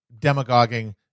demagoguing